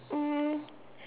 um